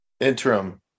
Interim